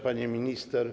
Pani Minister!